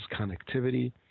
connectivity